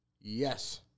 Yes